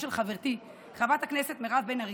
של חברתי חברת הכנסת מירב בן ארי,